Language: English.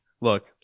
look